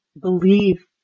believe